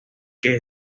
que